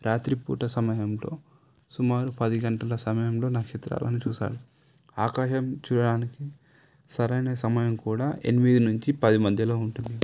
రాత్రిపూట సమయంలో సుమారు పది గంటల సమయంలో నక్షత్రాలను చూశాను ఆకాశం చూడడానికి సరైన సమయం కూడా ఎనిమిది నుంచి పది మధ్యలో ఉంటుంది